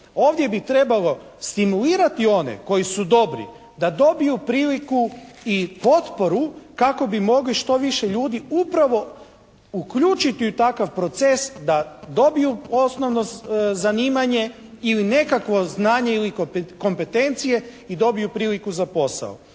Ovdje bi trebalo stimulirati one koji su dobri da dobiju priliku i potporu kako bi mogli što više ljudi upravo uključiti u takav proces da dobiju osnovno zanimanje ili nekakvo znanje ili kompetencije i dobiju priliku za posao.